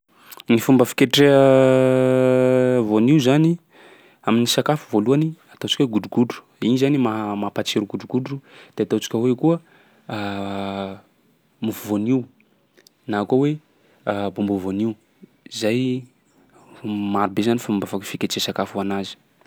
Ny fomba fiketreha voanio zany, amin'ny sakafo voalohany ataontsika hoe godrogodro, igny zany ma- mampatsiro godrogodro. De ataontsika hoe koa mofo voanio na koa hoe bonbon voanio, zay marobe zany fomba fak- fiketreha sakafo anazy.